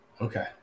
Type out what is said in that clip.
Okay